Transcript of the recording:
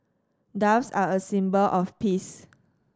doves are a symbol of peace